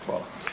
Hvala.